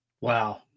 wow